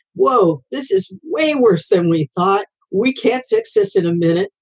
whoa. this is way worse than we thought. we can't fix this in a minute.